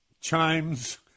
chimes